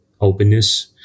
openness